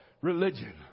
religion